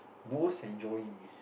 most enjoying